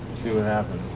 see what happened.